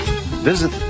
Visit